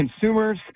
consumers